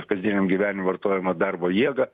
kasdieniam gyvenime vartojamą darbo jėgą